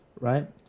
right